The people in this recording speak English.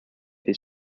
his